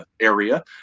area